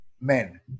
Men